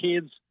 kids